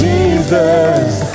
Jesus